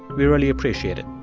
we really appreciate it